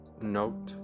note